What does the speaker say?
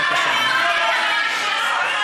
הביתה, הביתה.